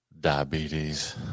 diabetes